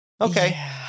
Okay